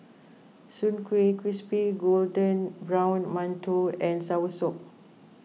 Soon Kueh Crispy Golden Brown Mantou and Soursop